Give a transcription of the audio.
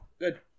Good